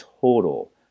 total